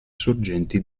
sorgenti